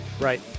Right